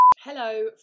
Hello